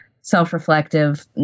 self-reflective